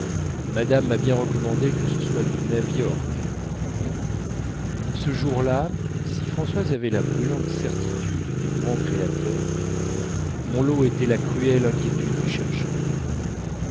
madame m'a bien recommandé que ce soit du nev'york ce jour-là si françoise avait la brûlante certitude des grands créateurs mon lot était la cruelle inquiétude du chercheur